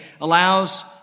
allows